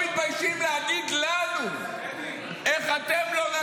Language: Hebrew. תעשה לי טובה, תעשה טובה לעצמך, אתה מבזה את עצמך.